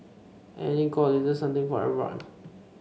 and it's got a little something for everyone